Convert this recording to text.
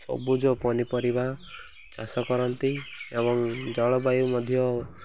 ସବୁଜ ପନିପରିବା ଚାଷ କରନ୍ତି ଏବଂ ଜଳବାୟୁ ମଧ୍ୟ